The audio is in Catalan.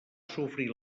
sofrir